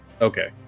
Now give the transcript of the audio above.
Okay